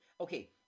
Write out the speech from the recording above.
Okay